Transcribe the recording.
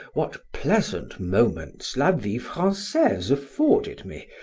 what pleasant moments la vie francaise afforded me,